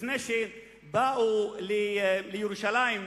לפני שבאו לירושלים,